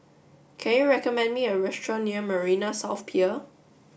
can you recommend me a restaurant near Marina South Pier